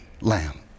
lamb